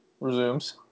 resumes